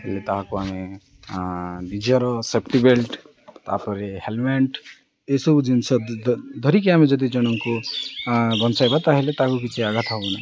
ତାହାକୁ ଆମେ ନିଜର ସେଫ୍ଟି ବେଲ୍ଟ ତା'ପରେ ହେଲ୍ମେଣ୍ଟ୍ ଏସବୁ ଜିନିଷ ଧରିକି ଆମେ ଯଦି ଜଣଙ୍କୁ ବଞ୍ଚାଇବା ତା'ହେଲେ ତାହାକୁ କିଛି ଆଘାତ ହବ ନାହିଁ